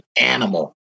animal